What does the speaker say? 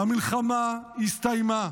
"המלחמה הסתיימה,